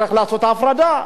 יש מהגרי עבודה,